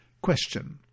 Question